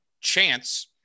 chance